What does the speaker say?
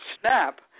snap